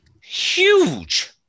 huge